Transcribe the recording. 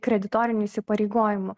kreditorinių įsipareigojimų